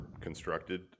constructed